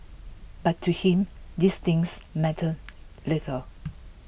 but to him these things mattered little